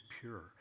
pure